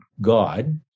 God